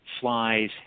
flies